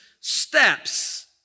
steps